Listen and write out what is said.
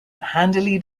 handily